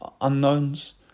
unknowns